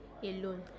alone